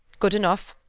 good enough.